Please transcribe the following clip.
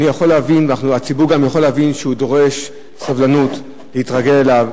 אני יכול להבין וגם הציבור יכול להבין שנדרשת סבלנות להתרגל אליו.